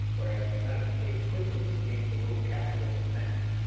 whereas the united states quickly became the world capital of snacks.